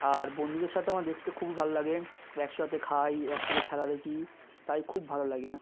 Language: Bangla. আর বন্ধুদের সাথে আমার দেখতে খুবই ভালো লাগে একসাথে খাই একসাথে খেলা দেখি তাই খুব ভালো লাগে